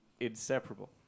inseparable